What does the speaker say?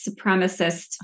supremacist